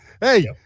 Hey